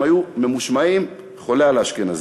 הם היו ממושמעים, חולה על האשכנזים.